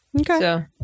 Okay